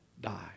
die